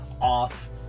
off